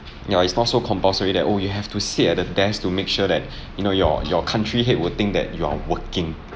ya it's not so compulsory that oh you have to sit at the desk to make sure that you know your your country head will think that you are working